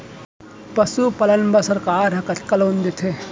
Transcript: पशुपालन बर सरकार ह कतना लोन देथे?